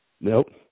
Nope